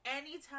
Anytime